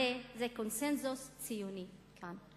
הרי זה קונסנזוס ציוני כאן.